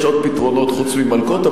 יש עוד פתרונות חוץ ממלקות,